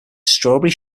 strawberry